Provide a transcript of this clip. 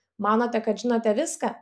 manote kad žinote viską